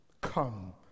Come